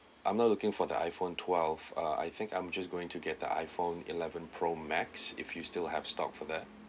I'm not looking for the iPhone twelve ah I think I'm just going to get the iPhone eleven pro max if you still have stock for that